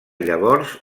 llavors